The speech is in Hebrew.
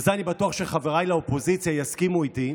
ובזה אני בטוח שחבריי לאופוזיציה יסכימו איתי.